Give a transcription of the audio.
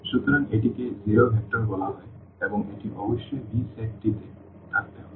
সুতরাং এটিকে শূন্য ভেক্টর বলা হয় এবং এটি অবশ্যই V সেটটি তে থাকতে হবে